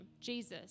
Jesus